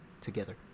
together